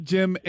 Jim